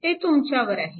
ते तुमच्यावर आहे